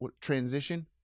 Transition